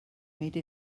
made